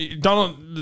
Donald